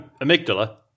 amygdala